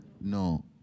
No